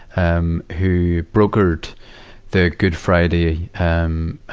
um, who brokered the good friday, um, ah,